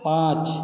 पाँच